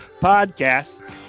podcast